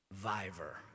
Viver